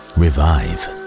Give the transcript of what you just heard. revive